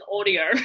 audio